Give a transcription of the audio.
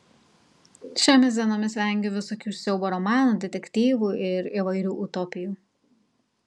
šiomis dienomis vengiu visokių siaubo romanų detektyvų ir įvairių utopijų